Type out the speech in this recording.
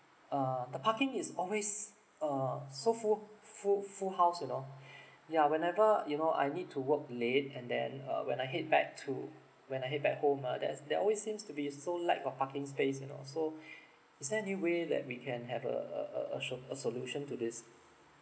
uh the parking is always uh so full full full house you know yeah whenever you know I need to work late and then uh when I head back to when I head back home ah that's there always seems to be so lack of parking space you know so is there any way that we can have a a a a sol~ a solution to this